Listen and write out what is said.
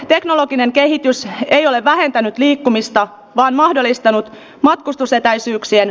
teknologinen kehitys ei ole vähentänyt liikkumista on mahdollistanut matkustusetäisyyksien